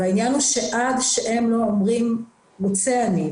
העניין הוא שעד שהם לא אומרים "רוצה אני"